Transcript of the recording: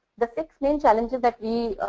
the six main challenges that we